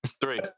three